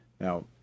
Now